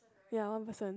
ya one person